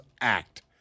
act